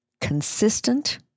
Consistent